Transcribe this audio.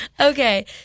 Okay